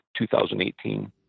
2018